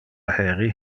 heri